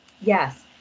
Yes